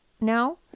now